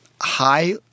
high